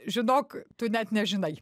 žinok tu net nežinai